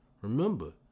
Remember